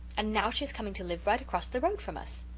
and now she is coming to live right across the road from us.